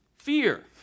fear